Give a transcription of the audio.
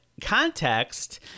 context